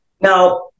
Now